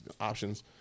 options